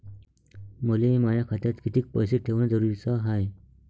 मले माया खात्यात कितीक पैसे ठेवण जरुरीच हाय?